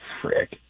Frick